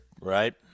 right